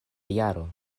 jaro